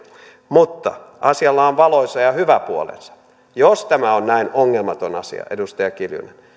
mutta asialla on valoisa ja hyvä puolensa jos tämä on näin ongelmaton asia edustaja kiljunen